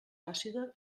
àcida